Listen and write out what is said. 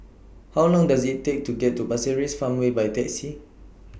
How Long Does IT Take to get to Pasir Ris Farmway By Taxi